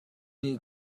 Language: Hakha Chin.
nih